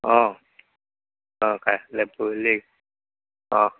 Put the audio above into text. অঁ অঁ কাইলৈ পৰহিলেই অঁ